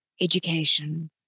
education